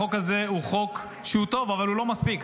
החוק הזה הוא טוב, אבל הוא לא מספיק.